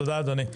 תודה אדוני.